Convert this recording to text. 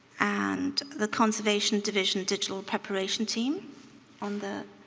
and the conservation division digital preparation team on the